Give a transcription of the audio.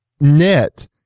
Net